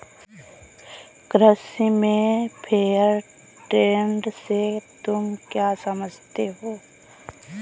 कृषि में fair trade से तुम क्या समझते हो?